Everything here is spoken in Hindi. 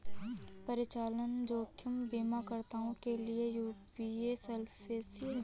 परिचालन जोखिम बीमाकर्ताओं के लिए यूरोपीय सॉल्वेंसी है